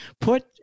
Put